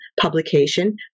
publication